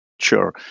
Sure